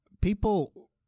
people